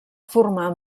formar